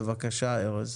בבקשה, ארז.